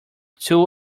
two